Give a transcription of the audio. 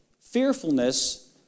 fearfulness